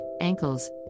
ankles